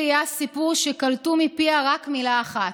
עדי ראייה סיפרו שקלטו מפיה רק מילה אחת,